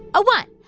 a one,